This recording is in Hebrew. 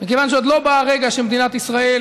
מכיוון שעוד לא בא הרגע שמדינת ישראל